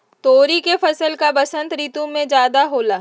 तोरी के फसल का बसंत ऋतु में ज्यादा होला?